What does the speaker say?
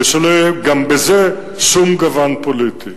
ושלא יהיה גם בזה שום גוון פוליטי.